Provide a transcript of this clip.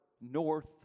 North